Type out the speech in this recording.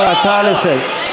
הצעה לסדר.